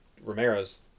Romero's